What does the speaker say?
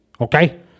Okay